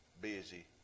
busy